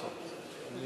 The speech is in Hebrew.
אני